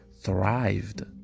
thrived